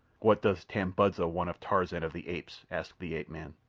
what does tambudza want of tarzan of the apes? asked the ape-man.